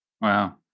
Wow